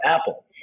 apple